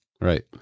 Right